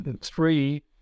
three